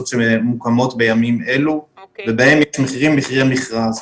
שמוקמות בימים אלה ובהן יש מחירי מכרז.